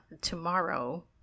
tomorrow